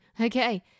okay